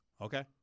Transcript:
Okay